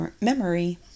memory